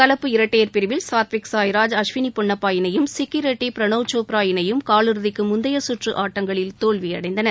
கலப்பு இரட்டையர் பிரிவில் சாத்விக் சாய்ராஜ் அஸ்வினி பொன்னப்பா இணையும் சிக்கிரெட்டி பிரணவ் சோப்ரா இணையும் கால் இறுதிக்கு முந்தைய சுற்று ஆட்டங்களில் தோல்வியடைந்தன